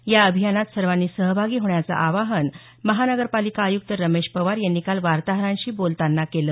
या अभियानात सर्वांनी सहभागी होण्याचं आवाहन महानगरपालिका आयुक्त रमेश पवार यांनी काल वार्ताहरांशी बोलताना केलं